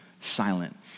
silent